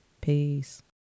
Peace